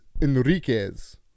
Enriquez